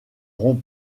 rond